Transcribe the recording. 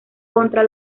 contra